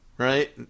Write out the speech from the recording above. Right